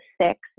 six